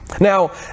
Now